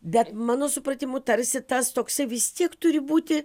bet mano supratimu tarsi tas toksai vis tiek turi būti